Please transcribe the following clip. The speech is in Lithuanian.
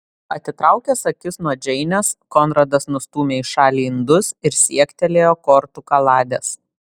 atitraukęs akis nuo džeinės konradas nustūmė į šalį indus ir siektelėjo kortų kaladės